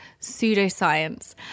pseudoscience